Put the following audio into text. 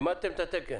מימנתם את התקן,